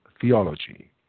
theology